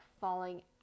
falling